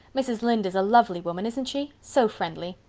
mrs. lynde is a lovely woman, isn't she? so friendly.